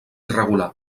irregular